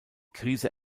krise